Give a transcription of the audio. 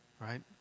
right